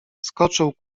skoczył